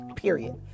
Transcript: Period